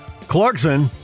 Clarkson